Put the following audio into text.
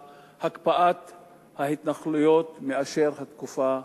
הקפאת ההתנחלויות יותר מאשר התקופה הזאת.